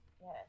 Yes